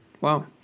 Wow